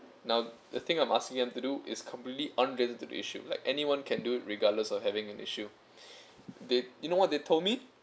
now the thing I'm asking them to do is completely unrelated to the issue like anyone can do regardless of having an issue they you know what they told me